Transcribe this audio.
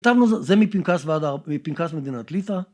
זה מפנקס מדינת ליטא.